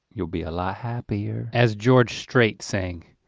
you'll be a lot happier. as george strait saying,